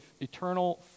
eternal